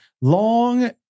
Long